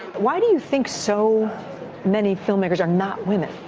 why do you think so many filmmakers are not women?